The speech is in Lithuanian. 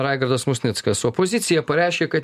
raigardas musnickas opozicija pareiškė kad